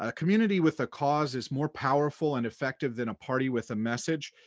ah community with a cause is more powerful and effective than a party with a message.